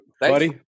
Buddy